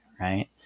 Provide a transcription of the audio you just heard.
Right